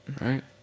Right